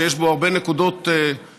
שיש בו הרבה נקודות שחורות,